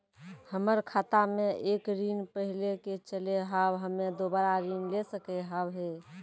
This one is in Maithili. हमर खाता मे एक ऋण पहले के चले हाव हम्मे दोबारा ऋण ले सके हाव हे?